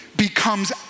becomes